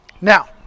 Now